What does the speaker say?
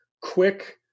quick